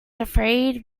afraid